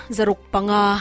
Zarukpanga